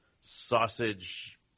sausage